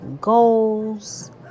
goals